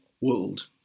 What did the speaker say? world